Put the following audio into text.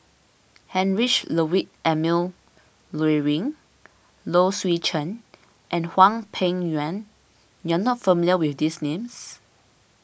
Heinrich Ludwig Emil Luering Low Swee Chen and Hwang Peng Yuan you are not familiar with these names